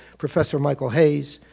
professor michael hayes,